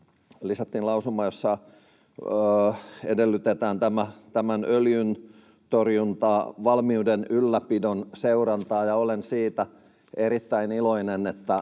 lisättiin lausuma, jossa edellytetään tämän öljyntorjuntavalmiuden ylläpidon seurantaa, ja olen siitä erittäin iloinen,